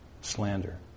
slander